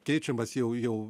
keičiamas jau jau